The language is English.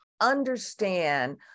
understand